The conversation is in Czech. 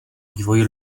vývoji